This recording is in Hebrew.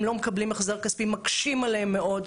הם לא מקבלים החזר כספי, מקשים עליהם מאוד.